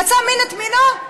מצא מין את מינו.